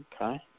Okay